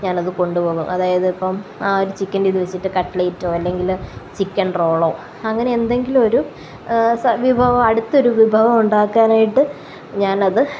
ഞാൻ അത് കൊണ്ടുപോകും അതായത് ഇപ്പം ആ ഒരു ചിക്കന്റെ ഇത് വച്ചിട്ട് കട്ട്ലെയ്റ്റോ അല്ലെങ്കിൽ ചിക്കന് റോളോ അങ്ങനെ എന്തെങ്കിലും ഒരു വിഭവം അടുത്തൊരു വിഭവം ഉണ്ടാക്കാനായിട്ട് ഞാൻ അത്